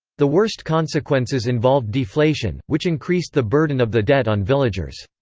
the worst consequences involved deflation, which increased the burden of the debt on villagers.